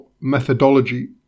methodology